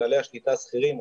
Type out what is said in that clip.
בעלי השליטה השכירים,